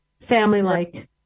family-like